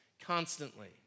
constantly